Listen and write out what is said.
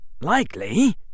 likely